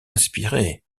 inspiré